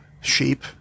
sheep